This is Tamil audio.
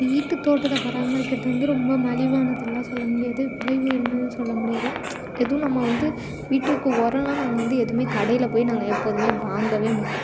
வீட்டு தோட்டத்தை பராமரிக்கிறது வந்து ரொம்ப மலிவானதெலாம் சொல்ல முடியாது விலை உயர்ந்ததுனும் சொல்ல முடியாது எதுவும் நம்ம வந்து வீட்டுக்கு உரோல்லாம் நாங்கள் வந்து எதுவுமே கடையில போய் நாங்கள் எப்போதுமே வாங்கவே மாட்டோம்